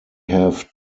have